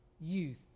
youth